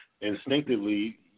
instinctively